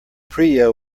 priya